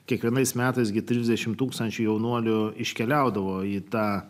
kiekvienais metais gi trisdešim tūkstančių jaunuolių iškeliaudavo į tą